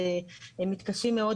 מתקשים מאוד